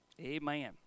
Amen